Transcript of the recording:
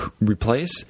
replace